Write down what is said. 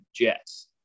jets